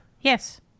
Yes